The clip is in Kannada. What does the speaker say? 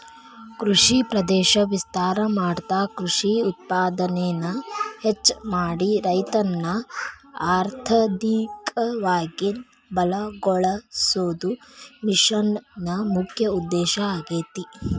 ಕೃಷಿ ಪ್ರದೇಶ ವಿಸ್ತಾರ ಮಾಡ್ತಾ ಕೃಷಿ ಉತ್ಪಾದನೆನ ಹೆಚ್ಚ ಮಾಡಿ ರೈತರನ್ನ ಅರ್ಥಧಿಕವಾಗಿ ಬಲಗೋಳಸೋದು ಮಿಷನ್ ನ ಮುಖ್ಯ ಉದ್ದೇಶ ಆಗೇತಿ